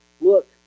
look